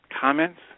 Comments